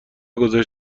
گزارش